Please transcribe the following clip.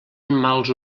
mals